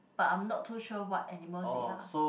but I'm not too sure what animals they are